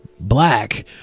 black